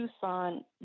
tucson